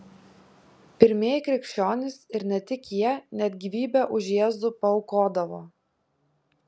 pirmieji krikščionys ir ne tik jie net gyvybę už jėzų paaukodavo